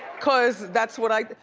cause that's what i,